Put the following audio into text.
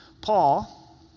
Paul